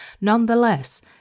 Nonetheless